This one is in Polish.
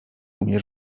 umie